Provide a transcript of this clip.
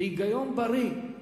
בהיגיון בריא,